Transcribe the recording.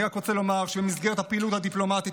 אני רק רוצה לומר שבמסגרת הפעילות הדיפלומטית